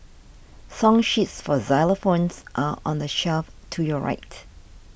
song sheets for xylophones are on the shelf to your right